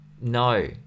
no